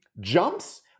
jumps